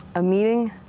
a meeting.